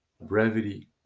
brevity